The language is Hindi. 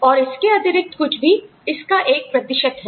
और इसके अतिरिक्त कुछ भी इसका एक प्रतिशत है